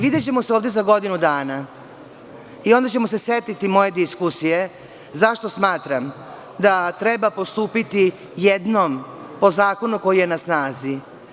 Videćemo se ovde za godinu dana i onda ćemo se setiti moje diskusije zašto smatram da treba postupiti jednom po zakonu koji je na snazi.